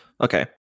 Okay